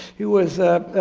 he was a